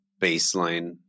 baseline